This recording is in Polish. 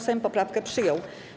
Sejm poprawkę przyjął.